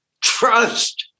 trust